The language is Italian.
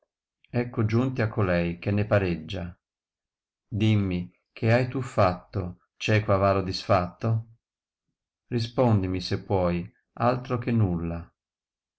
ecco giunti a colei che ne pareggia dimmi che hai tu fatto cieco avaro disfatto rispoodimi se puoi altro che nuuai